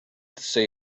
say